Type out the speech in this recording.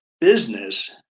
business